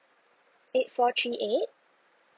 eight four three eight